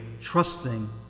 trusting